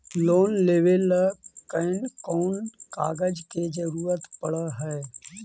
Loan लेबे ल कैन कौन कागज के जरुरत पड़ है?